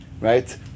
right